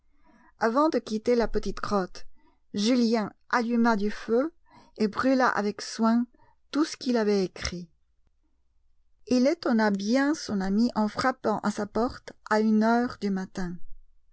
avant de quitter la petite grotte julien alluma du feu et brûla avec soin tout ce qu'il avait écrit il étonna bien son ami en frappant à sa porte à une heure du matin